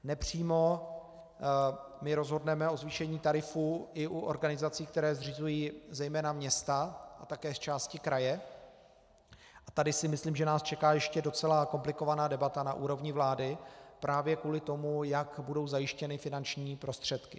Nepřímo my rozhodneme o zvýšení tarifů i u organizací, které zřizují zejména města a také z části kraje, a tady si myslím, že nás čeká ještě komplikovaná debata na úrovni vlády právě kvůli tomu, jak budou zajištěny finanční prostředky.